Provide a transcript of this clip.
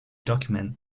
document